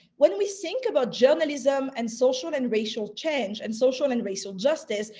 when we think about journalism and social and racial change and social and racial justice,